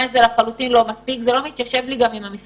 זה לחלוטין לא מספיק וגם לא מתיישב עם המספרים.